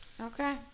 Okay